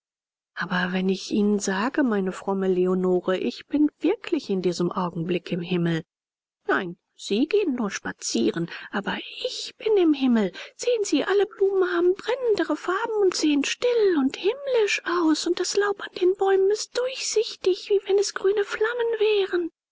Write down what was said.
aber wenn ich ihnen sage meine fromme leonore ich bin wirklich in diesem augenblick im himmel nein sie gehen nur spazieren aber ich bin im himmel sehen sie alle blumen haben brennendere farben und sehen still und himmlisch aus und das laub an den bäumen ist durchsichtig wie wenn es grüne flammen wären